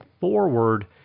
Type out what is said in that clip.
forward